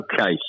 Okay